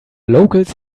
locals